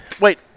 Wait